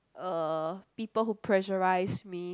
uh people who pressurize me